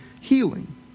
healing